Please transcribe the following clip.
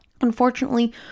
Unfortunately